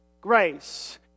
grace